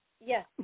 Yes